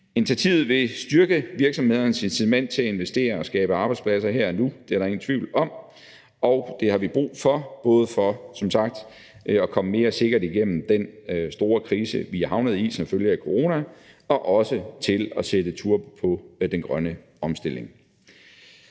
Initiativet vil styrke virksomhedernes incitament til at investere og skabe arbejdspladser her og nu. Det er der ingen tvivl om, og det har vi brug for både for som sagt at komme mere sikkert igennem den store krise, vi er havnet i som følge af corona, og også for at sætte turbo på den grønne omstilling.